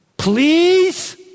Please